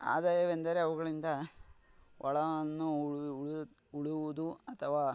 ಆದಾಯವೆಂದರೆ ಅವುಗಳಿಂದ ಹೊಳವನ್ನು ಉಳುವುದು ಅಥವಾ